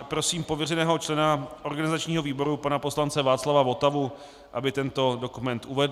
Prosím pověřeného člena organizačního výboru pana poslance Václava Votavu, aby tento dokument uvedl.